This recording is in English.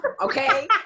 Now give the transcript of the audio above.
okay